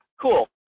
Cool